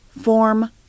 form